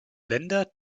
länder